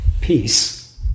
peace